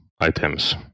items